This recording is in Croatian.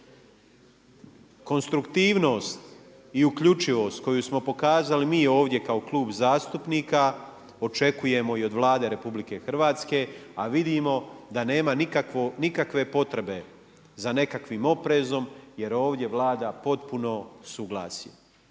Konstruktivnost i uključivost koju smo pokazali, mi ovdje kao zastupnika, očekujemo i od Vlade RH a vidimo da nema nikakve potrebe za nekakvim oprezom jer ovdje vlada potpuno suglasje.